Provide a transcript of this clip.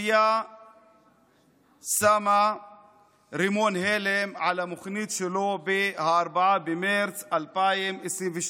הכנופיה שמה רימון הלם על המכונית שלו ב-4 במרץ 2022,